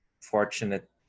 fortunate